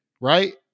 right